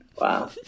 Wow